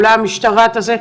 אולי המשטרה תביא,